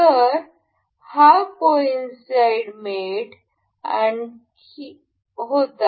तर हा coincide met होता